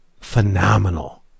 phenomenal